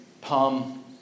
palm